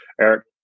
Eric